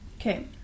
Okay